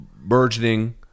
burgeoning